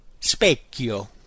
specchio